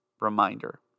reminder